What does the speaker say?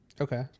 Okay